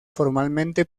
formalmente